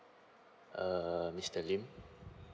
err mr lim